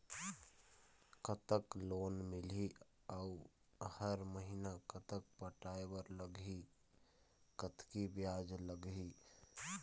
कतक लोन मिलही अऊ हर महीना कतक पटाए बर लगही, कतकी ब्याज लगही?